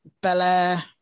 Belair